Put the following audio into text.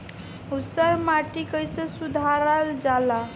ऊसर माटी कईसे सुधार जाला?